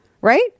right